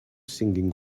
singing